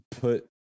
put